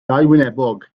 dauwynebog